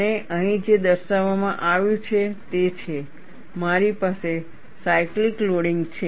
અને અહીં જે દર્શાવવામાં આવ્યું છે તે છે મારી પાસે સાયકલીક લોડિંગ છે